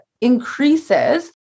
increases